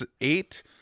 eight